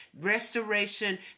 restoration